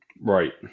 Right